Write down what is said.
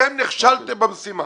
אתם נכשלתם במשימה.